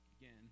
again